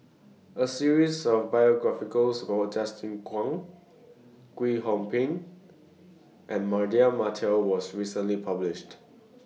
A series of biographical SCORE Justin Zhuang Kwek Hong Png and Mardan Mamat was recently published